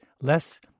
less